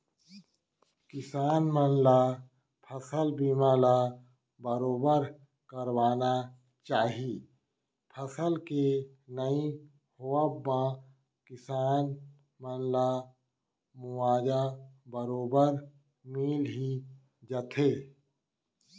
किसान मन ल फसल बीमा ल बरोबर करवाना चाही फसल के नइ होवब म किसान मन ला मुवाजा बरोबर मिल ही जाथे